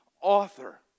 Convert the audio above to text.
author